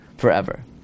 forever